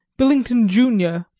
billington junior,